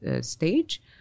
stage